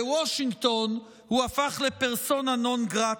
בוושינגטון הוא הפך לפרסונה נון גרטה?